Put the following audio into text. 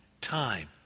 time